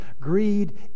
greed